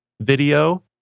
video